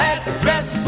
Address